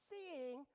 Seeing